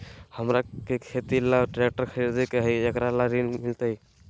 हमरा के खेती ला ट्रैक्टर खरीदे के हई, एकरा ला ऋण मिलतई?